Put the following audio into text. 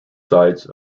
sides